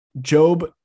Job